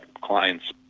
clients